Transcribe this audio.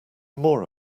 more